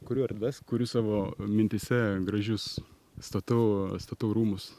kuriu erdves kuriu savo mintyse gražius statau statau rūmus